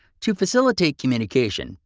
to facilitate communication,